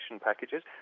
packages